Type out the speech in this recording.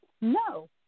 No